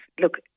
look